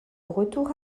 retour